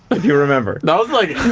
if you remember. that was like,